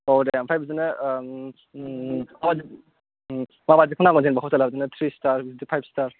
आव दे आमफ्राय बिदिनो आह माबादि माबादिखौ नांगौ जेनेबा हटेल आ बिदनो थ्री स्टार फाइभ स्टार